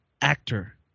actor